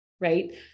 right